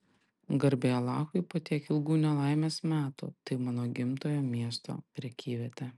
garbė alachui po tiek ilgų nelaimės metų tai mano gimtojo miesto prekyvietė